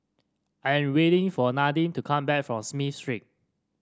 I am waiting for Nadine to come back from Smith Street